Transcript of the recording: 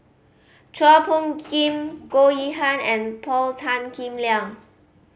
Chua Phung Kim Goh Yihan and Paul Tan Kim Liang